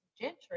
Gentry